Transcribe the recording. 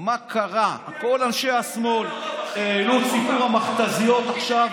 מה קרה: כל אנשי השמאל העלו את סיפור המכת"זיות עכשיו,